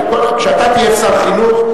כשאתה תהיה שר חינוך,